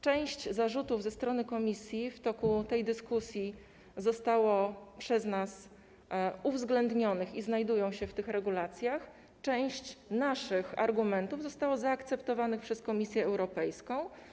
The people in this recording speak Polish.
Część zarzutów ze strony Komisji w toku tej dyskusji zostało przez nas uwzględnionych i znajdują się w tych regulacjach, część naszych argumentów została zaakceptowana przez Komisję Europejską.